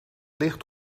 ligt